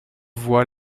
voix